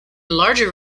larger